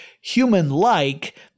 human-like